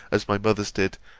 as my mother's did,